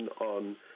on